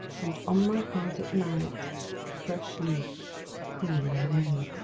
and on my heart at night a fresh leaf cooling lay.